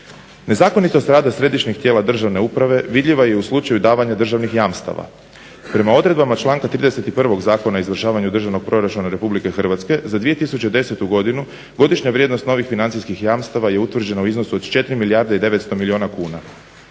Nezakonitost rada središnjih tijela državne uprave vidljiva je i u slučaju davanja državnih jamstava. Prema odredbama članka 31. Zakona o izvršavanju Državnog proračuna RH za 2010. godinu godišnja vrijednost novih financijskih jamstava je utvrđena u iznosu od 4 milijarde i 900 milijuna kuna,